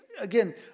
again